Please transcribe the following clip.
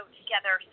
together